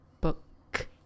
book